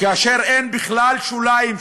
כאשר אפילו אין שם בכלל שוליים.